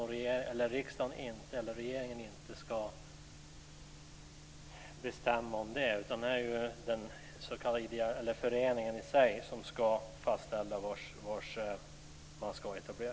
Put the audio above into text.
För det första: Det är inte regeringen som ska besluta om det, utan det är föreningen själv som ska fastställa var institutet ska etableras.